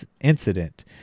Incident